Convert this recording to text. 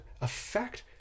affect